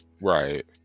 Right